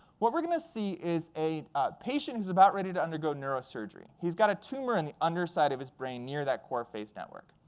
what we're going to see is a patient is about ready to undergo neurosurgery. he's got a tumor in the underside of his brain near that core face network.